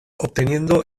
obteniendo